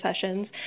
sessions